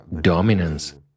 dominance